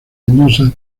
leñosas